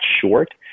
short